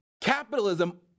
Capitalism